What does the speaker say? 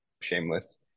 shameless